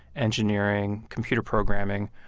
engineering, computer programming,